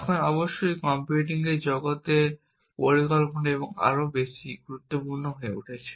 এখন অবশ্যই কম্পিউটিং জগতে পরিকল্পনা আরও বেশি গুরুত্বপূর্ণ হয়ে উঠছে